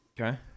Okay